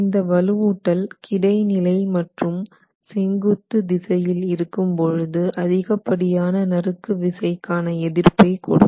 இந்த வலுவூட்டல் கிடைநிலை மற்றும் செங்குத்து திசையில் இருக்கும்போது அதிகப்படியான நறுக்கு விசைக்கான எதிர்ப்பை கொடுக்கும்